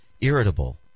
irritable